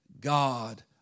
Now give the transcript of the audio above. God